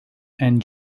and